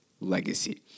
legacy